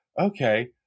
okay